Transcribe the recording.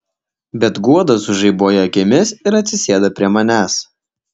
bet guoda sužaibuoja akimis ir atsisėda prie manęs